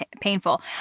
painful